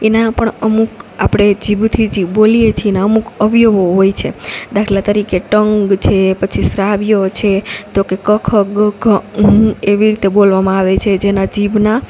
એના પણ અમુક આપણે જીભથી જે બોલીએ છીએ એના અમુક અવયવો હોય છે દાખલા તરીકે ટંગ છે પછી શ્રાવ્ય છે તો કે કખગઘ એવી રીતે બોલવામાં આવે છે જેના જીભના